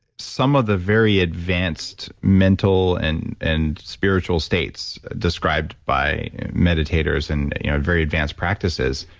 some of the very advanced mental and and spiritual states described by meditators and you know very advanced practices.